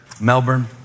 Melbourne